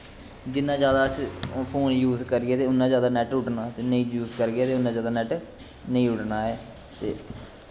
जिन्ना जादा अस phone use करगे ते उन्ना जादा नैट उड्डना जिन्ना यूस करगे ते उन्ना जादा नैट नेंई उड्डना ऐ